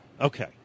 Okay